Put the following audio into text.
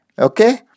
Okay